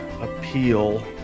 appeal